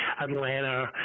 Atlanta